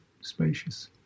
spacious